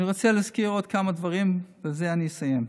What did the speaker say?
אני רוצה להזכיר עוד כמה דברים, ובזה אני אסיים: